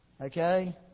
okay